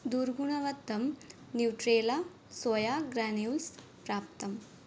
दुर्गुणवत्तं Nutrela soya granules प्राप्तम्